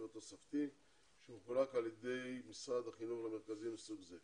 התוספתי שחולק על ידי משרד החינוך למרכזים מסוג זה.